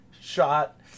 shot